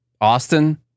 Austin